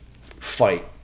fight